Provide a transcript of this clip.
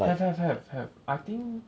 have have have have I think